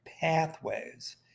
pathways